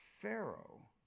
Pharaoh